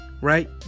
Right